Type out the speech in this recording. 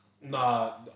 Nah